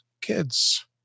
kids